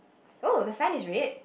oh the sign is red